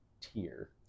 tier